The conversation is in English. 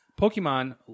Pokemon